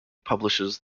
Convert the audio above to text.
publishes